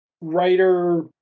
writer